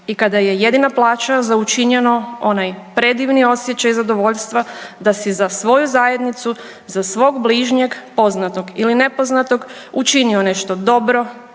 i kada je jedina plaća za učinjeno onaj predivni osjećaj zadovoljstva da si za svoju zajednicu, za svog bližnjeg poznatog ili nepoznatog učinio nešto dobro